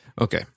Okay